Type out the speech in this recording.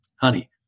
honey